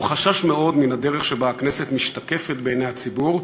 הוא חשש מאוד מן הדרך שבה הכנסת משתקפת בעיני הציבור,